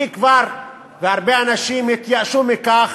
אני והרבה אנשים כבר התייאשנו מכך